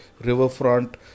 riverfront